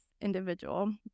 individual